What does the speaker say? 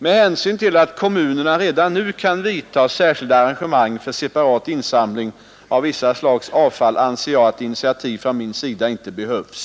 Med hänsyn till att kommunerna redan nu kan vidta särskilda arrangemang för separat insamling av vissa slags avfall anser jag att initiativ från min sida inte behövs.